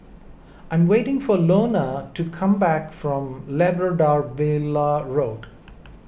I'm waiting for Iona to come back from Labrador Villa Road